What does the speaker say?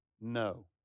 no